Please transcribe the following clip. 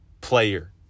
player